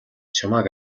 чамайг